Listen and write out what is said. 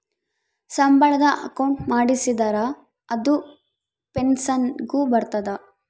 ಸಂಬಳದ ಅಕೌಂಟ್ ಮಾಡಿಸಿದರ ಅದು ಪೆನ್ಸನ್ ಗು ಬರ್ತದ